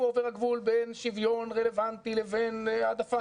עובר הגבול בין שוויון רלוונטי לבין העדפה,